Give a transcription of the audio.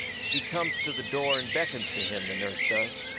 she comes to the door and beckons to him, the nurse does.